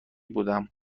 بودم